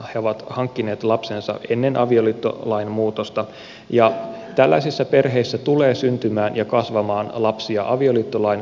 he ovat hankkineet lapsensa ennen avioliittolain muutosta ja tällaisissa perheissä tulee syntymään ja kasvamaan lapsia avioliittolain kohtalosta riippumatta